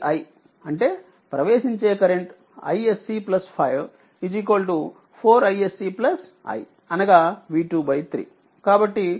అంటే ప్రవేశించే current iSC 5 4 iSC i అనగా V2 3